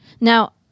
Now